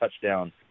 touchdown